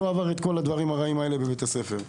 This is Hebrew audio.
עבר את כל הדברים הרעים האלה בבית הספר.